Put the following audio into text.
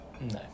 No